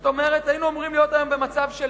זאת אומרת, היינו אמורים להיות היום במצב של